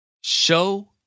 Show